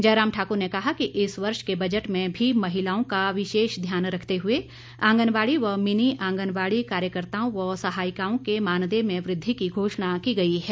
जयराम ठाकुर ने कहा कि इस वर्ष के बजट में भी महिलाओं का विशेष ध्यान रखते हुए आंगनबाड़ी व मिनी आंगनबाड़ी कार्यकर्ताओं व सहायिकाओं के मानदेय में वृद्धि की घोषणा की गई है